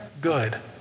good